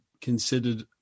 considered